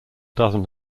dozen